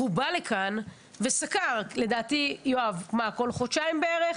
הוא בא לכאן וסקר כל חודשיים בערך.